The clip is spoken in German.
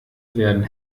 werden